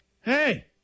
Hey